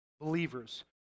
believers